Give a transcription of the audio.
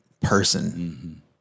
person